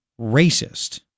racist